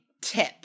tip